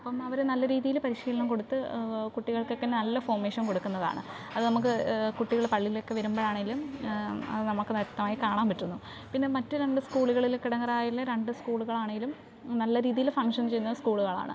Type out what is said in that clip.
അപ്പം അവർ നല്ല രീതിയിൽ പരിശീലനം കൊടുത്ത് കുട്ടികൾക്കൊക്കെ നല്ല ഫോമേഷൻ കൊടുക്കുന്നതാണ് അത് നമുക്ക് കുട്ടികൾ പള്ളിയിലേക്ക് വരുമ്പോളാണെങ്കിലും അത് നമുക്ക് വ്യക്തമായി കാണാൻ പറ്റുന്നു പിന്നെ മറ്റ് രണ്ട് സ്കൂളുകളിൽ കിടങ്ങാറായിലെ രണ്ട് സ്കൂളുകളാണെങ്കിലും നല്ല രീതിയിൽ ഫങ്ങ്ഷൻ ചെയ്യുന്ന സ്കൂളുകളാണ്